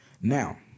Now